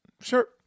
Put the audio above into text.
sure